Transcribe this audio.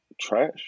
Trash